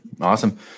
Awesome